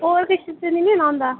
होर किश ते नना लैना होंदा